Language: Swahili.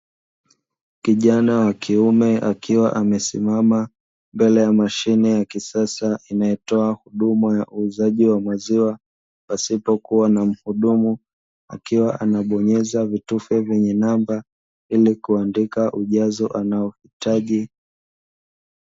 Kijana wa kiume akiwa amesimama mbele ya mashine ya kisasa, inayotoa huduma ya uuzaji wa maziwa, pasipo kuwa na mhudumu, akiwa anabonyeza vitufe vyenye namba, ili kuandika ujazo anaohitaji.